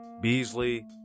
Beasley